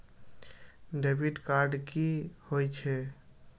Debit card कि होई छै?